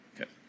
Okay